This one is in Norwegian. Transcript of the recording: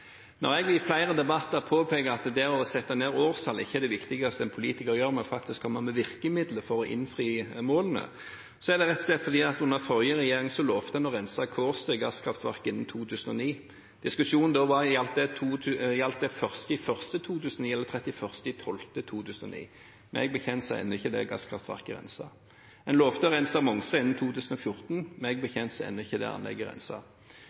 Når jeg i flere debatter påpeker at det å sette et årstall ikke er det viktigste en politiker gjør, men faktisk å komme med virkemidler for å innfri målene, er det rett og slett fordi en under forrige regjering lovte å rense Kårstø gasskraftverk innen 2009 – diskusjonen da var om det gjaldt 1. januar 2009 eller 31. desember 2009 – og meg bekjent er ennå ikke det gasskraftverket renset. En lovte å rense Mongstad innen 2014 – meg bekjent er ennå ikke det